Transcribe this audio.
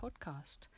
podcast